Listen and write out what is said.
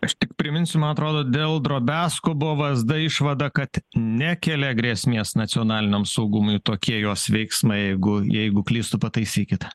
aš tik priminsiu man atrodo dėl drobiazko buvo vsd išvada kad nekelia grėsmės nacionaliniam saugumui tokie jos veiksmai jeigu jeigu klystu pataisykite